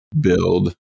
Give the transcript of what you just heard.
build